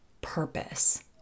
purpose